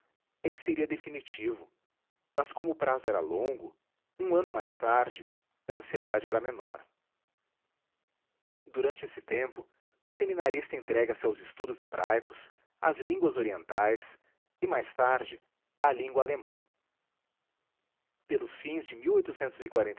é que seria definitivo mas como o prazo era longo um ano mais tarde a ansiedade era menor durante esse tempo o seminarista entrega se aos estudos hebraicos às línguas orientais e mais tarde à língua alemã pelos fins de nada de